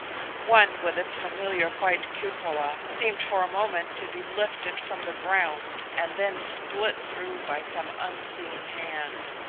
one, with its familiar white cupola, seemed for a moment to be lifted from the ground and then split through by some unseen hand.